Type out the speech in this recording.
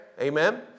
Amen